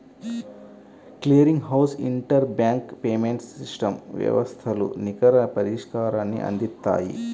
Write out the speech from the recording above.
clearing house interbank payments system వ్యవస్థలు నికర పరిష్కారాన్ని అందిత్తాయి